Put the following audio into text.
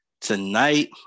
Tonight